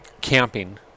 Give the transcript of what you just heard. camping